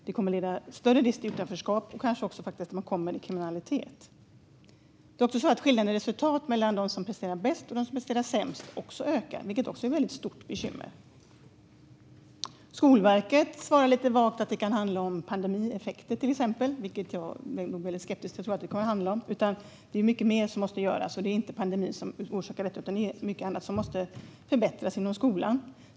Det kommer att leda till större risk för utanförskap och kanske också för kriminalitet. Skillnaden i resultat mellan dem som presterar bäst och dem som presterar sämst ökar också, vilket också är ett stort bekymmer. Skolverket svarar lite vagt att det kan handla om pandemieffekter, till exempel, vilket jag är väldigt skeptisk till. Jag tror att det är mycket mer som måste göras. Det är inte pandemin som har orsakat detta, utan det är mycket annat som måste förbättras inom skolan.